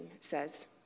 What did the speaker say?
says